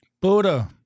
buddha